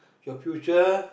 your future